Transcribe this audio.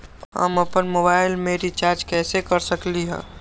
हम अपन मोबाइल में रिचार्ज कैसे कर सकली ह?